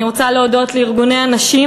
אני רוצה להודות לארגוני הנשים,